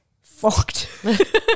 fucked